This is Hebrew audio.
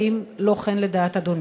האם לא כן לדעת אדוני?